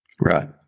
right